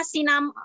Sinam